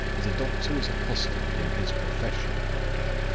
the doctor is accustomed in his profession, he began,